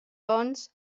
bons